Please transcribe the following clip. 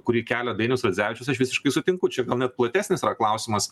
kurį kelia dainius radzevičius aš visiškai sutinku čia gal net platesnis klausimas